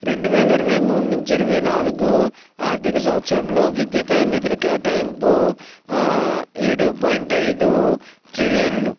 రెండు వేల ఇరవై మూడు నించి ఇరవై నాలుగు ఆర్థిక సంవత్సరంలో విద్యపై నిధులు కేటాయింపు ఏడు పాయింట్ ఐదు ట్రిలియన్లు